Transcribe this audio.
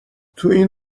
تواین